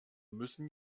müssen